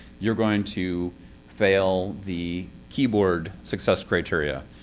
you're going to fail the keyboard success criterion.